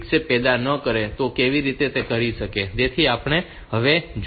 તો આ કેવી રીતે કરી શકાય તેને આપણે હવે જોઈશું